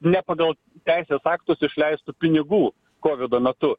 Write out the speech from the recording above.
ne pagal teisės aktus išleistų pinigų kovido metu